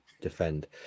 defend